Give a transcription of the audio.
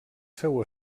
seu